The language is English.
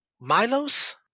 Milos